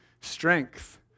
strength